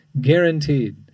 guaranteed